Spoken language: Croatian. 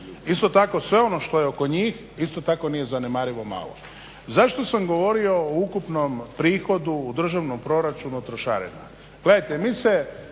Isto tako sve ono što je oko njih isto tako nije zanemarivo malo. Zašto sam govorio o ukupnom prihodu u državnom proračunu o trošarinama? Gledajte, mi se